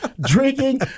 drinking